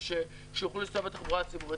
מהירה שיוכלו להסתובב בתחבורה הציבורית.